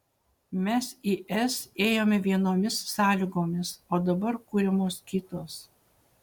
mes į es ėjome vienomis sąlygomis o dabar kuriamos kitos